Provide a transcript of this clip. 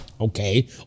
okay